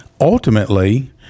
Ultimately